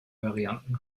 varianten